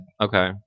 Okay